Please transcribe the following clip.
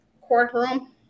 courtroom